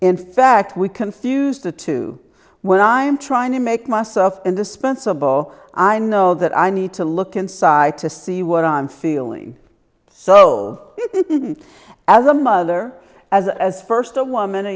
in fact we confuse the two when i'm trying to make myself indispensable i know that i need to look inside to see what i'm feeling so it didn't as a mother as as first a woman a